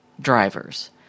drivers